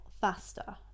faster